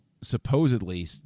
supposedly